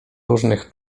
różnych